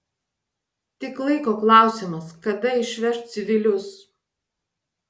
tik laiko klausimas kada išveš civilius